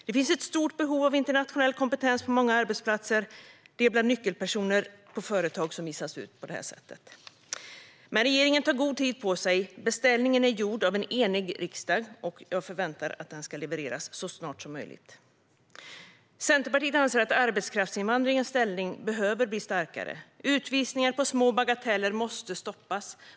Det finns ett stort behov av internationell kompetens på många arbetsplatser. Det är ibland nyckelpersoner på företag som utvisas på detta sätt. Men regeringen tar god tid på sig. Beställningen är gjord av en enig riksdag, och jag förväntar mig att den ska levereras så snart som möjligt. Centerpartiet anser att arbetskraftsinvandringens ställning behöver bli starkare. Utvisningar på grund av små bagateller måste stoppas.